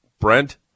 Brent